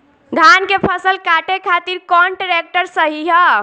धान के फसल काटे खातिर कौन ट्रैक्टर सही ह?